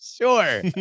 Sure